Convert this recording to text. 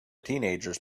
teenagers